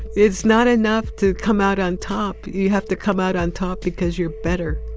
it's not enough to come out on top. you have to come out on top because you're better.